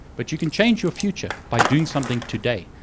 but you can change your future by doing something today,